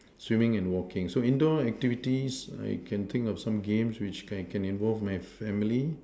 swimming and walking so indoor activities I can think of some games which I can involve my family